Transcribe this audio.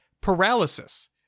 Paralysis